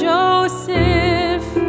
Joseph